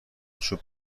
چوب